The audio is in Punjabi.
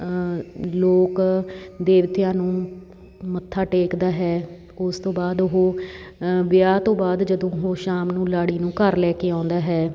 ਲੋਕ ਦੇਵਤਿਆਂ ਨੂੰ ਮੱਥਾ ਟੇਕਦਾ ਹੈ ਉਸ ਤੋਂ ਬਾਅਦ ਉਹ ਵਿਆਹ ਤੋਂ ਬਾਅਦ ਜਦੋਂ ਉਹ ਸ਼ਾਮ ਨੂੰ ਲਾੜੀ ਨੂੰ ਘਰ ਲੈ ਕੇ ਆਉਂਦਾ ਹੈ